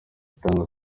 gutanga